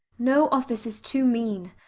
no office is too mean,